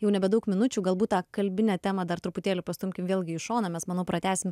jau nebedaug minučių galbūt tą kalbinę temą dar truputėlį pastumkim vėlgi į šoną mes manau pratęsim